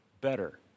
better